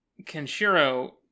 Kenshiro